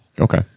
Okay